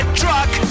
truck